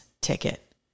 ticket